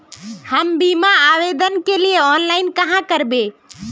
हम बीमा आवेदान के लिए ऑनलाइन कहाँ करबे?